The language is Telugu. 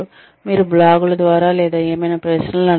మీరు బ్లాగుల ద్వారా లేదా ఏమైనా ప్రశ్నలు అడగవచ్చు